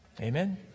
Amen